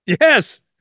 yes